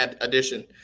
addition